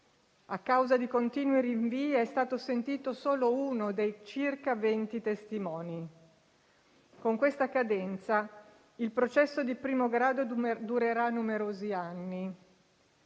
a causa di continui rinvii è stato sentito solo uno dei circa venti testimoni. Con questa cadenza il processo di primo grado durerà numerosi anni